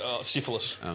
Syphilis